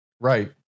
right